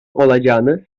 olacağını